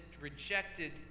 rejected